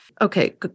Okay